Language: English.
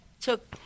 took